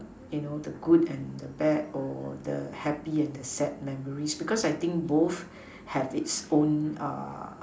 you know the good and the bad or the happy and the sad memories because I think both have it's own